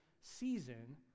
season